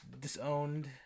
disowned